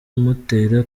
kumutera